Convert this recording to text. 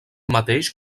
mateix